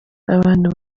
abantu